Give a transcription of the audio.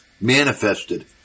manifested